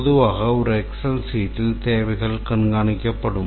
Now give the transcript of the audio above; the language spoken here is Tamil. பொதுவாக ஒரு எக்செல் சீட்டில் தேவைகள் கண்காணிக்கப்படும்